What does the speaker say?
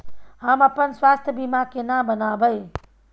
हम अपन स्वास्थ बीमा केना बनाबै?